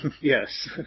yes